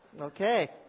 Okay